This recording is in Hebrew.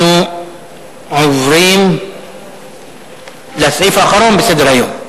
אנחנו עוברים לסעיף האחרון בסדר-היום: